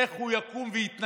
איך הוא יקום ויתנגד?